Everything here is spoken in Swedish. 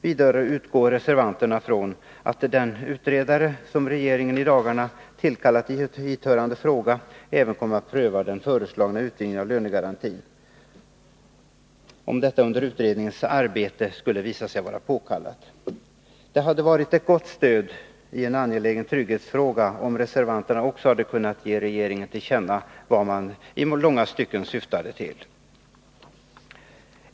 Vidare utgår reservanterna från att den utredare som regeringen i dagarna tillkallat i hithörande fråga även kommer att pröva den föreslagna utvidgningen av lönegarantin, om detta under utredningsarbetet skulle visa sig vara påkallat. Det hade varit ett gott stöd i en angelägen trygghetsfråga, om också reservanterna hade anslutit sig till det som majoriteten vill ge regeringen till känna, eftersom det i långa stycken överensstämmer med vad de syftar till.